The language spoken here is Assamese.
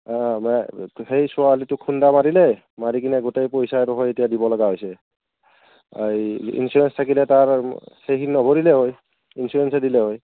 অঁ না সেই ছোৱালীটোক খুণ্ডা মাৰিলে মাৰিকিনে গোটেই পইচা আৰু সেই দিব লগা হৈছে এই ইঞ্চুৰেঞ্চ থাকিলে তাৰ চেভিং নভৰিলে হয় ইঞ্চুৰেঞ্চে দিলে হয়